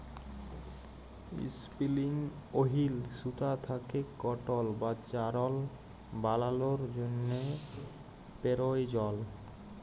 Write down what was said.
ইসপিলিং wheel সুতা থ্যাকে কটল বা যারল বালালোর জ্যনহে পেরায়জল